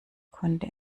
konnte